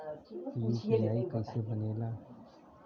UPI कईसे बनेला?